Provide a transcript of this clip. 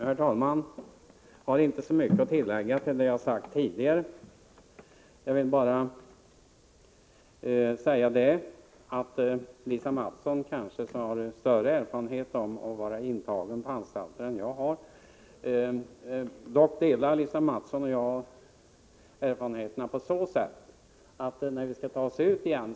Herr talman! Jag har inte så mycket att tillägga till vad jag sagt tidigare. Jag Tisdagen den vill bara säga att Lisa Mattson kanske har större erfarenhet av att vara 28 maj 1985 intagen på anstalt än jag. Dock delar Lisa Mattson och jag erfarenheterna på så sätt att dörrarna öppnas när vi skall ta oss ut igen.